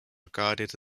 regarded